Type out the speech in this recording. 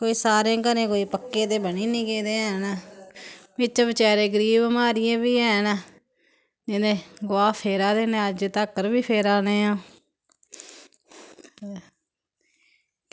कोई सारें घरें कोई पक्के ते बनी निं गेदे हैन बिच्च बचैरे गरीब म्हारियां बी हैन जिंदे गोहा फेरा दे न ते अज्ज तक्कर बी फेरा दे आं